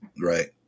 right